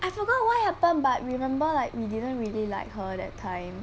I forgot what happen but remember like we didn't really like her that time